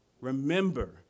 remember